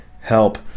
help